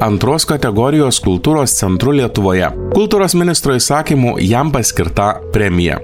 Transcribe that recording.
antros kategorijos kultūros centru lietuvoje kultūros ministro įsakymu jam paskirta premija